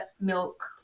milk